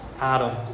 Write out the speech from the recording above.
Adam